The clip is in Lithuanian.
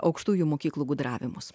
aukštųjų mokyklų gudravimus